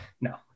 no